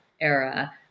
era